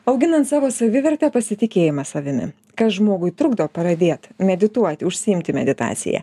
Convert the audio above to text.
auginant savo savivertę pasitikėjimą savimi kas žmogui trukdo pradėt medituoti užsiimti meditacija